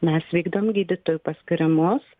mes vykdom gydytojų paskyrimus